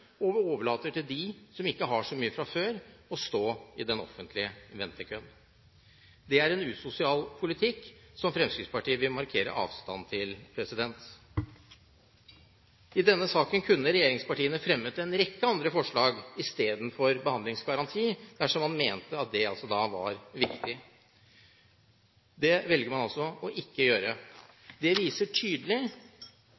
og overlater til dem som ikke har så mye fra før, å stå i den offentlige ventekøen. Det er en usosial politikk, som Fremskrittspartiet vil markere avstand til. I denne saken kunne regjeringspartiene fremmet en rekke andre forslag istedenfor behandlingsgaranti, dersom man mente at det var viktig. Det velger man altså ikke å gjøre.